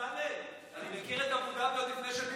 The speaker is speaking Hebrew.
הצעתי את חבר הכנסת אחמד טיבי.